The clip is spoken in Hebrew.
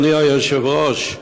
אדוני היושב-ראש,